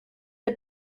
der